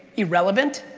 irrelevant,